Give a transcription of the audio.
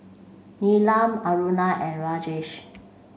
Neelam Aruna and Rajesh